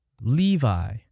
Levi